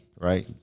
right